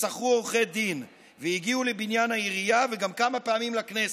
שכרו עורכי דין והגיעו לבניין העירייה וגם כמה פעמים לכנסת.